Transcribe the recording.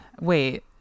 wait